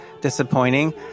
disappointing